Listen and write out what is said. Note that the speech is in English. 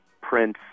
Prince